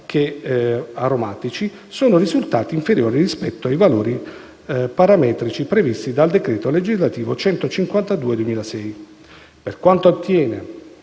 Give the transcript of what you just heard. che aromatici, sono risultati inferiori rispetto ai valori parametrici previsti dal citato decreto legislativo. Per quanto attiene